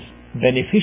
beneficial